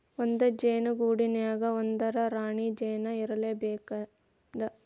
ಒಂದ ಜೇನ ಗೂಡಿನ್ಯಾಗ ಒಂದರ ರಾಣಿ ಜೇನ ಇರಲೇಬೇಕ